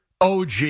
OG